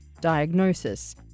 diagnosis